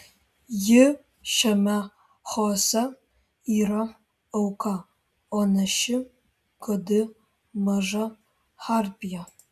ji šiame chaose yra auka o ne ši godi maža harpija